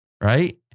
Right